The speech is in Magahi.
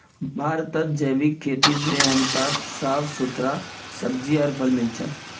भारतत जैविक खेती से हमसाक साफ सुथरा सब्जियां आर फल मिल छ